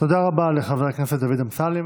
תודה רבה לחבר הכנסת דוד אמסלם.